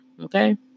Okay